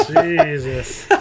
Jesus